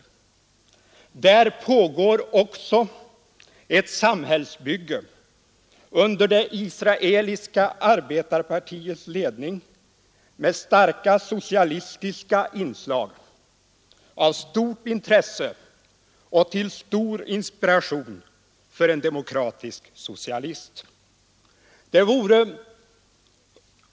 Där pågår också ett samhällsbygge under det Israeliska arbetarpartiets ledning med starka socialistiska inslag av stort intresse och till stor inspiration för en demokratisk socialist.